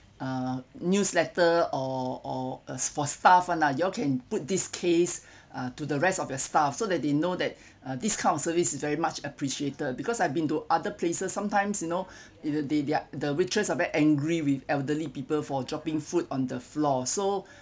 uh newsletter or or uh for staff one lah you all can put this case uh to the rest of your staff so that they know that this kind of service very much appreciated because I've been to other places sometimes you know either they they are the waitress are very angry with elderly people for dropping food on the floor so